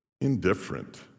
indifferent